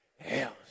else